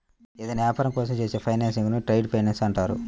ఏదైనా యాపారం కోసం చేసే ఫైనాన్సింగ్ను ట్రేడ్ ఫైనాన్స్ అంటారు